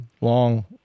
long